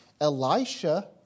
Elisha